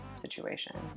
situation